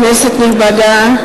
כנסת נכבדה,